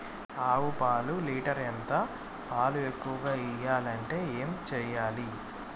ఆవు పాలు లీటర్ ఎంత? పాలు ఎక్కువగా ఇయ్యాలంటే ఏం చేయాలి?